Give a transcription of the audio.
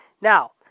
Now